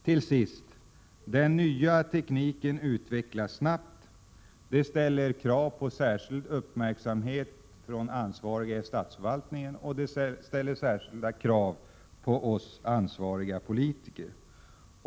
Till sist: Den nya tekniken utvecklas snabbt. Det ställer krav på särskild uppmärksamhet från ansvariga i statsförvaltningen och det ställer särskilda krav på oss ansvariga politiker.